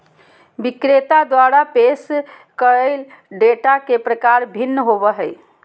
विक्रेता द्वारा पेश कइल डेटा के प्रकार भिन्न होबो हइ